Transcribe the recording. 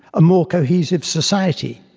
a more cohesive society,